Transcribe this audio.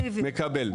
מקבל.